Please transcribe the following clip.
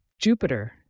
Jupiter